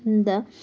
अन्त